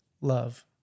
love